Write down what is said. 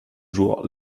jours